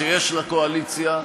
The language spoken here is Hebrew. שיש לקואליציה,